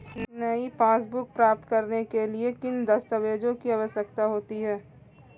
नई पासबुक प्राप्त करने के लिए किन दस्तावेज़ों की आवश्यकता होती है?